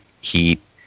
heat